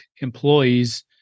employees